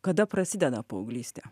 kada prasideda paauglystė